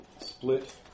split